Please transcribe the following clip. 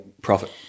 profit